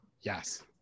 yes